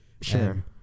Sure